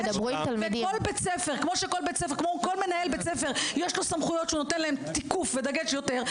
כמו שכל מנהל בית ספר יש לו סמכויות שהוא נותן להם תיקוף ודגש יותר,